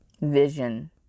vision